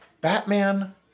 Batman